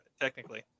Technically